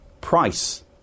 price